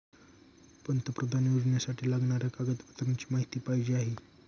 पंतप्रधान योजनेसाठी लागणाऱ्या कागदपत्रांची माहिती पाहिजे आहे